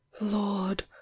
Lord